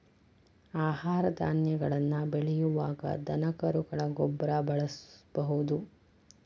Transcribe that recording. ಆಹಾರ ಧಾನ್ಯಗಳನ್ನ ಬೆಳಿಯುವಾಗ ದನಕರುಗಳ ಗೊಬ್ಬರಾ ಬಳಸುದು